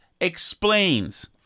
explains